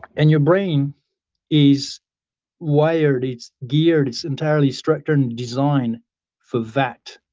and your brain is wired, it's geared, it's entirely structured and designed for that,